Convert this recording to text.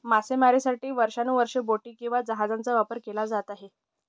मासेमारीसाठी वर्षानुवर्षे बोटी आणि जहाजांचा वापर केला जात आहे